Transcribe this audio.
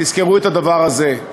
תזכרו את הדבר הזה,